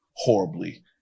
Horribly